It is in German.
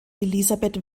elisabeth